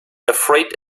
afraid